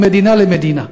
ממדינה למדינה,